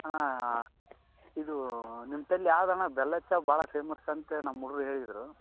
ಅಣ್ಣ ಇದು ನಿಮ್ಮ ತಂದೆ ಯಾವುದಣ್ಣ ಬೆಲ್ಲದ ಚಾ ಭಾಳ ಫೇಮಸ್ ಅಂತ ನಮ್ಮ ಹುಡುಗರು ಹೇಳಿದರು